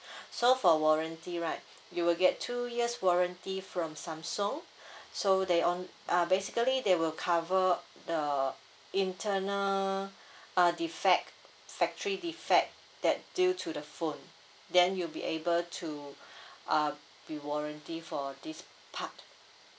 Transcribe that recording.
so for warranty right you will get two years warranty from samsung so they on~ uh basically they will cover the internal uh defect factory defect that due to the phone then you'll be able to uh be warranty for this part